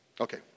Okay